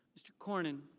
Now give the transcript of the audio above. mr. cornyn.